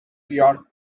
york